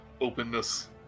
openness